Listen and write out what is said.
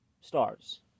stars